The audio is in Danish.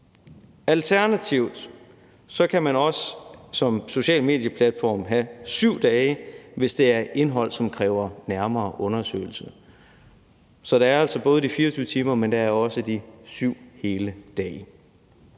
Alternativt kan man også som socialt medie-platform have 7 dage, hvis det er indhold, som kræver nærmere undersøgelse. Så der er altså de 24 timer, men der er også de 7 hele dage.